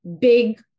big